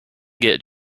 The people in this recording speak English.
get